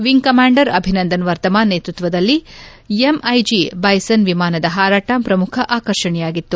wing commander Abhinandan Varthaman ನೇತೃತ್ವದಲ್ಲಿ MiG Bison ವಿಮಾನದ ಹಾರಾಟ ಪ್ರಮುಖ ಆಕರ್ಷಣೆಯಾಗಿತ್ತು